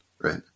right